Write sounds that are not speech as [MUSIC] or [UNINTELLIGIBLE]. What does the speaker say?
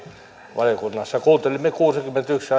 valiokunnassa kuuntelimme kuusikymmentäyksi [UNINTELLIGIBLE]